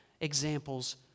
examples